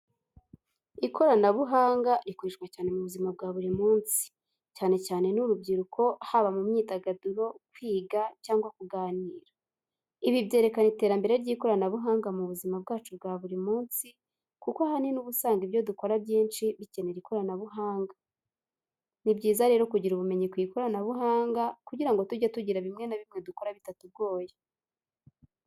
Ikoranabuhanga rikoreshwa cyane mu buzima bwa buri munsi, cyane cyane n'urubyiruko, haba mu myidagaduro, kwiga, cyangwa kuganira, ibi byerekana iterambere ry’ikoranabuhanga mu buzima bwacu bwa buri munsi kuko ahanini uba usanga ibyo dukora byinshi bikenera ikoranabuhanga. Ni byiza rero kugira ubumenyi ku ikoranabuhanga kugirango tujye tugira bimwe na bimwe dukora bitatugoye.